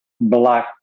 black